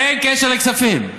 אין קשר לכספים.